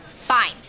Fine